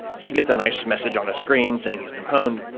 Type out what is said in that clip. he gets a nice message on a screen saying he's been pawned,